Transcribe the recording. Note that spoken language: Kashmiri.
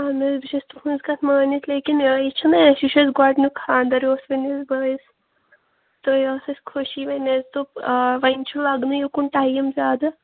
اَہَن حظ بہٕ چھَس تُہٕنٛز کتھ مٲنِتھ لیکن یہِ چھُناہ اَسہِ یہِ چھُ اَسہِ گۅڈنیُک خانٛدر میٛٲنِس بٲیِس تہٕ یہِ أس اَسہِ خوٗشی وۅنۍ اَسہِ دوٚپ وۅنۍ چھُ لَگنٕے اوٗکُن ٹایِم زیادٕ